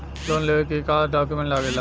Loan लेवे के का डॉक्यूमेंट लागेला?